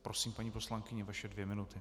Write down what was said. Prosím, paní poslankyně, vaše dvě minuty.